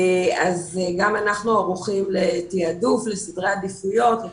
גם אנחנו ערוכים לתעדוף ולסדרי עדיפויות.